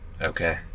Okay